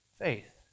faith